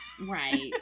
Right